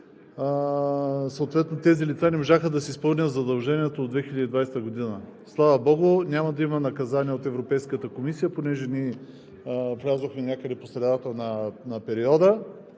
това и тези лица не можаха да си изпълнят задължението от 2020 г. Слава богу, няма да има наказания от Европейската комисия, понеже ние влязохме някъде по средата на периода